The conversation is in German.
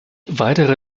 weitere